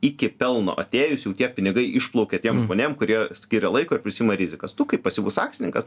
iki pelno atėjusių jau tie pinigai išplaukė tiem žmonėm kurie skiria laiko ir prisiima rizikas tu kaip pasyvus akcininkas